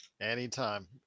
Anytime